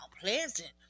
Pleasant